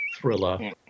thriller